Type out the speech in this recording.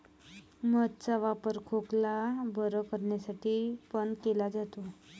मध चा वापर खोकला बरं करण्यासाठी पण केला जातो